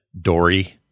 dory